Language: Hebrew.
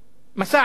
היה מסע הרג,